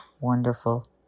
wonderful